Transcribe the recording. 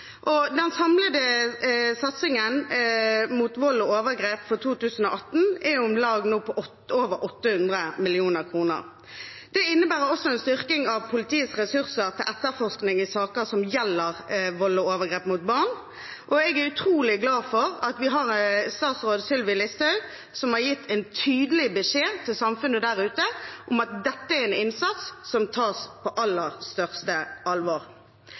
og den samlede satsingen mot vold og overgrep for 2018 er nå på over 800 mill. kr. Det innebærer også en styrking av politiets ressurser til etterforskning i saker som gjelder vold og overgrep mot barn, og jeg er utrolig glad for at vi har statsråd Sylvi Listhaug, som har gitt en tydelig beskjed til samfunnet der ute om at dette er en innsats som tas på aller største alvor.